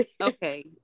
okay